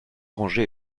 arrangé